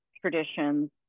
traditions